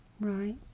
Right